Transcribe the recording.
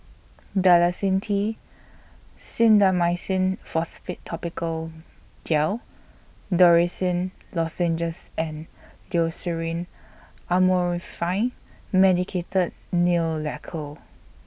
Dalacin T Clindamycin Phosphate Topical Gel Dorithricin Lozenges and Loceryl Amorolfine Medicated Nail Lacquer